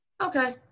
Okay